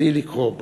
בלי לקרוא בו".